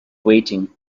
waiting